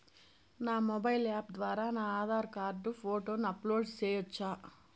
నా mobile app ద్వారా నా ఆధార్ కార్డు ఫోటోను అప్లోడ్ సేయొచ్చా?